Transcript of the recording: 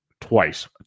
twice